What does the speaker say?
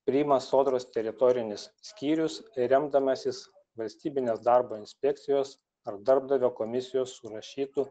priima sodros teritorinis skyrius remdamasis valstybinės darbo inspekcijos ar darbdavio komisijos surašytu